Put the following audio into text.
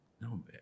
No